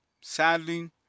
sadly